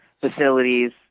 facilities